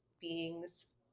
beings